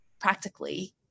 practically